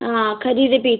हां खरी ते फ्ही